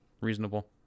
reasonable